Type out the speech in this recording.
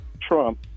Trump